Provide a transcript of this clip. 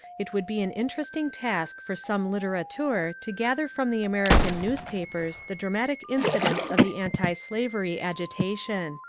it would be an interesting task for some litterateur to gather from the american newspapers the dramatic incidents of the antislavery agitation.